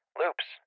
loops